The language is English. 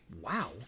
wow